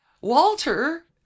Walter